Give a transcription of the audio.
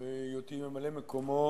בהיותי ממלא-מקומו